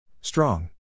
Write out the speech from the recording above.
Strong